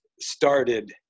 started